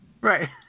right